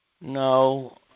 No